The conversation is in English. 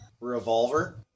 Revolver